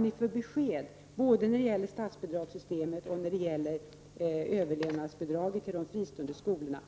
Vilket besked har ni när det gäller statsbidragssystemet och när det gäller överlevnadsbidraget till de fristående skolorna?